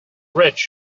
rich